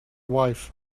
wife